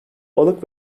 balık